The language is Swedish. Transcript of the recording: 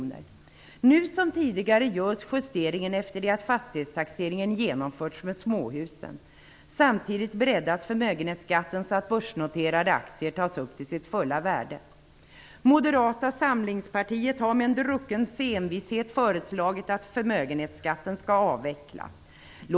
Nu, liksom tidigare, görs justeringen efter det att fastighetstaxeringen genomförts för småhusen. Samtidigt breddas förmögenhetsskatten så att börsnoterade aktier tas upp till sitt fulla värde. Moderata samlingspartiet har med en druckens envishet föreslagit att förmögenhetsskatten skall avvecklas.